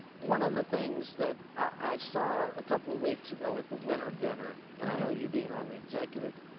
one of the things that i saw a couple of weeks ago at the winter dinner and i know you being on the executive,